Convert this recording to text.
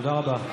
תודה רבה.